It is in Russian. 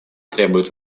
требует